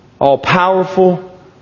all-powerful